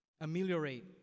ameliorate